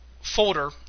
folder